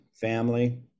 family